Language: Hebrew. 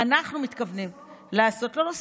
אנחנו מתכוונים לעשות, לא,